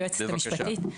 היועצת המשפטית.